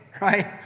right